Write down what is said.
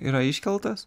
yra iškeltas